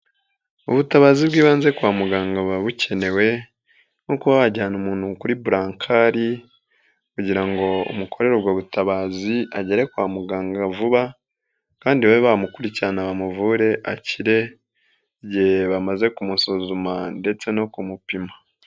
Ubutabazi bw'ibanze kwa muganga buba bukenewe nko kuba wajyana umuntu kuri burakari kugira ngo umukorere ubutabazi agere kwa muganga vuba kandi bamukurikirane, bamuvure akire igihe bamaze kumusuzuma ndetse no kumupima.